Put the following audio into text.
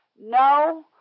No